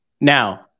Now